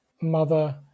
mother